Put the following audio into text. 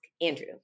andrew